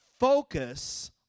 focus